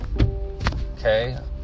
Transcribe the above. Okay